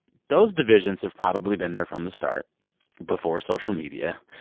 those divisions have probably been there from the start before social media.